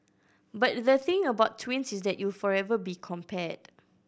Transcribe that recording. but the thing about twins is that you'll forever be compared